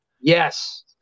Yes